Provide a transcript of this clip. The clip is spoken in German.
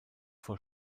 vor